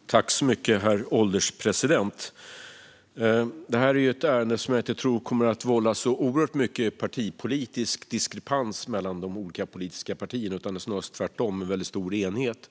Interparlamentariska unionen Herr ålderspresident! Det här är ett ärende som jag inte tror kommer att vålla så oerhört mycket diskrepans mellan de olika politiska partierna. Det är snarast tvärtom - en väldigt stor enighet.